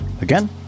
Again